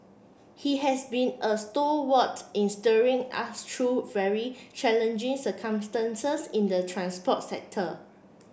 he has been a stalwart in steering us through very challenging circumstances in the transport sector